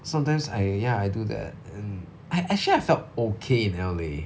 sometimes I ya I do that and I actually I felt okay in L_A